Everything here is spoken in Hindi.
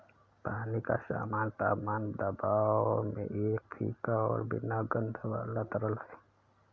पानी का सामान्य तापमान दबाव में एक फीका और बिना गंध वाला तरल है